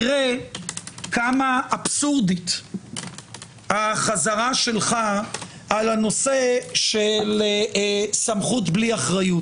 תראה כמה אבסורדית חזרתך על הנושא של סמכות בלי אחריות.